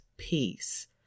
peace